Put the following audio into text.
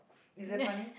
is it funny